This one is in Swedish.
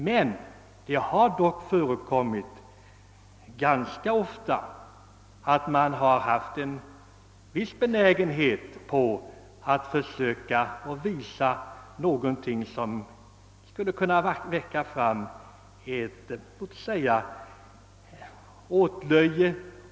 Men det har ganska ofta förekommit att man haft en benägenhet att visa någonting som kunnat göra riksdagens ledamöter till åtlöje.